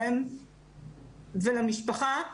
להם ולמשפחה,